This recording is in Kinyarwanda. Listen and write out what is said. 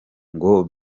ngo